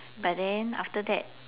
but then after that